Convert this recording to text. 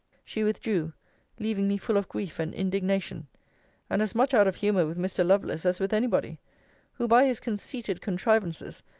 she withdrew leaving me full of grief and indignation and as much out of humour with mr. lovelace as with any body who, by his conceited contrivances,